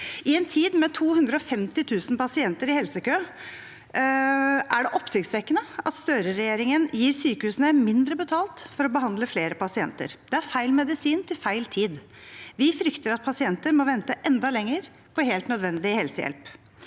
I en tid med 250 000 pasienter i helsekø er det oppsiktsvekkende at Støre-regjeringen gir sykehusene mindre betalt for å behandle flere pasienter. Det er feil medisin til feil tid. Vi frykter at pasienter må vente enda lenger på helt nødvendig helsehjelp.